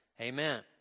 Amen